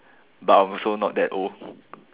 but I'm also not that old